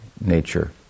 nature